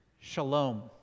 Shalom